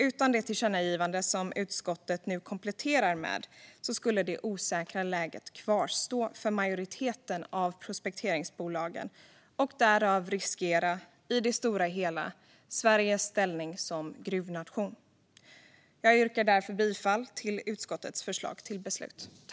Utan det tillkännagivande som utskottet nu kompletterar med skulle det osäkra läget kvarstå för majoriteten av prospekteringsbolagen, och därmed skulle vi, i det stora hela, riskera Sveriges ställning som gruvnation. Jag yrkar bifall till utskottets förslag till beslut.